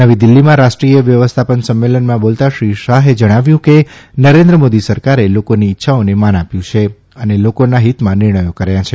નવી દીલ્ફીમાં રાષ્ટ્રીય વ્યવસ્થાપન સંમેલનમાં બોલતાં શ્રી શાહે જણાવ્યું કે નરેન્દ્ર મોદી સરકારે લોકોની ઇચ્છાઓને માન આપ્યું છે અને લોકોના હીતમાં નિર્ણથો કર્યા છે